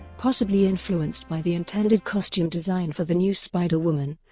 possibly influenced by the intended costume design for the new spider-woman,